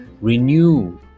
renew